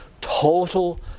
total